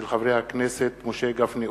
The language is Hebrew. של חברי הכנסת משה גפני,